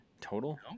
total